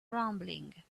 rumbling